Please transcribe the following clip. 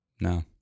No